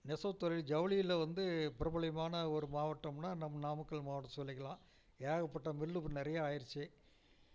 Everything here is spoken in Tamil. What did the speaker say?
நெசவுத் தொழில் ஜவுளியில வந்து பிரபலயமான ஒரு மாவட்டம்ன்னா நம் நாமக்கல் மாவட்டத்தை சொல்லிக்கலாம் ஏகப்பட்ட மில்லு நிறையா ஆயிருச்சு